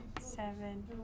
seven